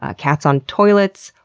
ah cats on toilets,